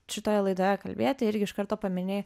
šitoje laidoje kalbėti irgi iš karto paminėjai